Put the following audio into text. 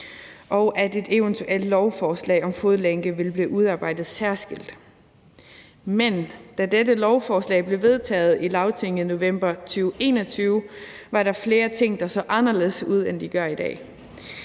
og at et eventuelt lovforslag om en fodlænkeordning vil blive udarbejdet særskilt. Men da dette lovforslag blev vedtaget i Lagtinget i november 2021, var der flere ting, der så anderledes ud, end de gør i dag.